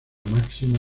máxima